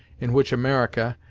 in which america,